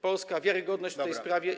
Polska wiarygodność w tej sprawie.